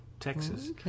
Texas